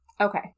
Okay